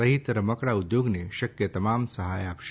સહિત રમકડા ઉદ્યોગને શક્ય તમામ સહાય આપશે